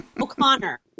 O'Connor